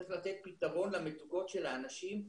צריך לתת פתרון למצוקות של האנשים,